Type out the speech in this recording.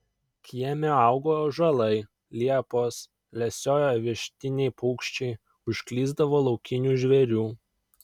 kieme augo ąžuolai liepos lesiojo vištiniai paukščiai užklysdavo laukinių žvėrių